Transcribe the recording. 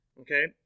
okay